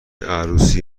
عروسی